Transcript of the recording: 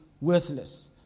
worthless